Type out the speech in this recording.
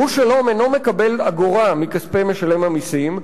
'גוש שלום' אינה מקבלת אגורה מכספי משלם המסים,